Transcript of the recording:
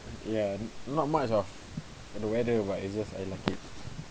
ya not much of the weather but it's just I like it